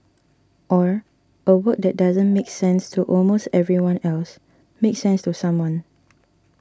or a work that doesn't make sense to almost everyone else makes sense to someone